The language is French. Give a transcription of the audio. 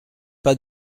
pas